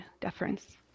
deference